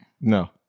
No